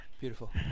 beautiful